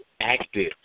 active